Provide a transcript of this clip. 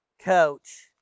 coach